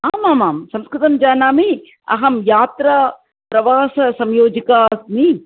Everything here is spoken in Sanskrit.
आमामां संस्कृतं जानामि अहं यात्राप्रवाससंयोजिका अस्मि